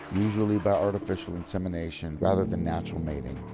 usually by artificial insemination rather than natural mating,